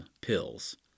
pills